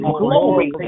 glory